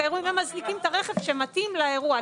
הכונן גם מזניקים את הרכב שמתאים לאירוע.